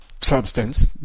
substance